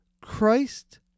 Christ